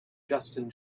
justin